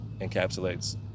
encapsulates